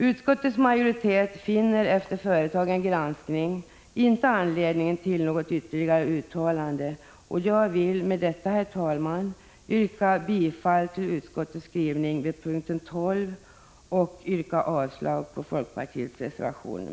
Utskottets majoritet finner efter företagen granskning inte anledning till något ytterligare uttalande, och jag vill med detta, herr talman, yrka bifall till utskottets skrivning vid punkten 12 och yrka avslag på folkpartiets reservation 6.